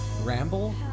ramble